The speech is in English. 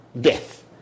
death